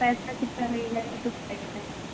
पैसा कितना लगेगा ये तो बताइए पहले